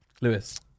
Lewis